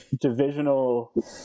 divisional